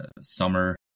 summer